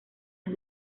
los